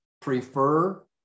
prefer